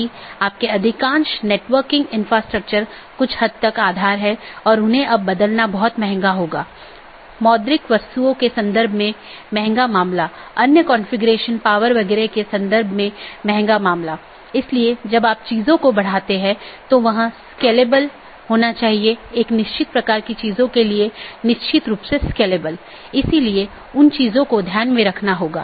यह एक चिन्हित राउटर हैं जो ऑटॉनमस सिस्टमों की पूरी जानकारी रखते हैं और इसका मतलब यह नहीं है कि इस क्षेत्र का सारा ट्रैफिक इस क्षेत्र बॉर्डर राउटर से गुजरना चाहिए लेकिन इसका मतलब है कि इसके पास संपूर्ण ऑटॉनमस सिस्टमों के बारे में जानकारी है